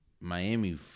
Miami